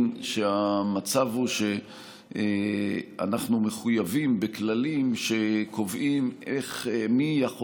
שהמצב הוא שאנחנו מחויבים בכללים שקובעים מי יכול